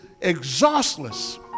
exhaustless